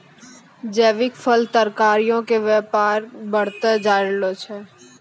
जैविक फल, तरकारीयो के व्यापार बढ़तै जाय रहलो छै